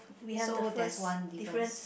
so there's one difference